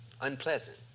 unpleasant